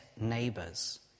neighbours